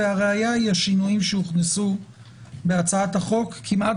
והראיה היא השינויים שהוכנסו בהצעת החוק כמעט